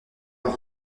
leur